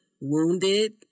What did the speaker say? wounded